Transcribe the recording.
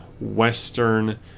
western